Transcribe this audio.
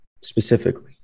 specifically